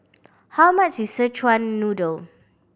how much is Szechuan Noodle